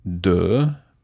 de